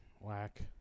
Whack